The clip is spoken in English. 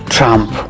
Trump